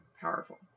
powerful